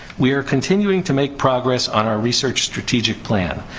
we are continuing to make progress on our research strategic plan.